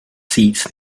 seats